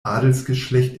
adelsgeschlecht